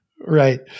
Right